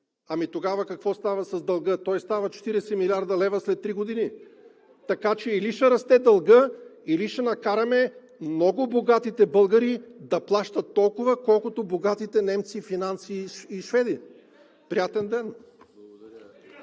Ами тогава какво става с дълга? Той става 40 млрд. лв. след три години?! Така че или ще расте дългът, или ще накараме много богатите българи да плащат толкова, колкото богатите немци, финландци и шведи. Приятен ден!